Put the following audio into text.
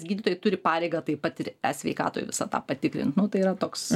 gydytojai turi pareigą taip pat ir e sveikatoj visą tą patikrint nu tai yra toks